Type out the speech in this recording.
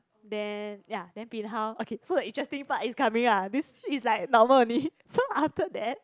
then ya then bin hao okay so the interesting part is coming ah this is like normal only so after that